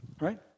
Right